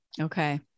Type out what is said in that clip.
Okay